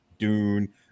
dune